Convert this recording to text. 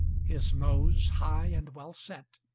his nose high and well set,